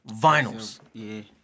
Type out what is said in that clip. vinyls